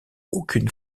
aucune